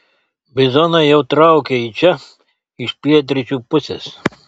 bizonai jau traukia į čia iš pietryčių pusės